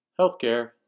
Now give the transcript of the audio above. Healthcare